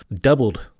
doubled